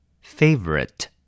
Favorite